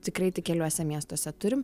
tikrai tik keliuose miestuose turim